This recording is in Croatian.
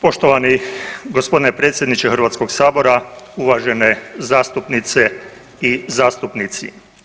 Poštovani gospodine predsjedniče Hrvatskog sabora, uvažene zastupnice i zastupnici.